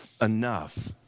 enough